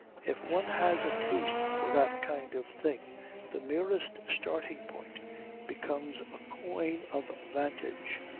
if one has a taste for that kind of thing the merest starting-point becomes a coign of vantage,